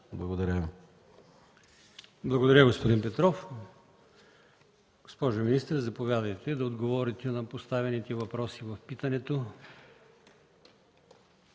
ИМАМОВ: Благодаря, господин Бойчев. Госпожо министър, заповядайте да отговорите на поставените въпроси в питането.